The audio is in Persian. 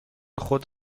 خود